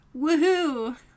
Woohoo